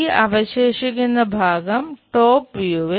ഈ അവശേഷിക്കുന്ന ഭാഗം ടോപ് വ്യൂവിൽ